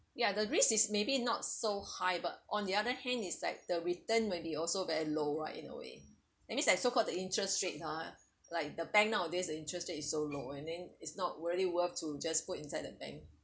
ya the risk is maybe not so high but on the other hand is like the return may be also very low right in a way that means like so called the interest rates ah like the bank nowadays the interest rate is so low and then is not very to just put inside the bank